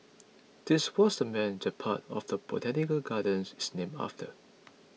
this was the man that part of the Botanic Gardens is named after